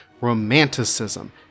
romanticism